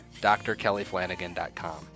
drkellyflanagan.com